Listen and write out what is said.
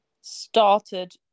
started